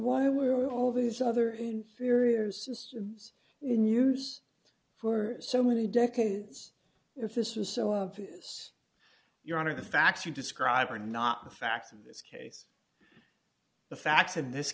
why were all these other inferior systems in use for so many decades if this was so obvious you're out of the facts you describe are not the facts of this case the facts in this